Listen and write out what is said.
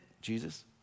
Jesus